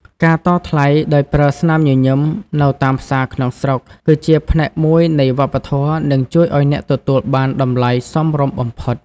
ការតថ្លៃដោយប្រើស្នាមញញឹមនៅតាមផ្សារក្នុងស្រុក គឺជាផ្នែកមួយនៃវប្បធម៌ និងជួយឱ្យអ្នកទទួលបានតម្លៃសមរម្យបំផុត។